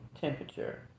temperature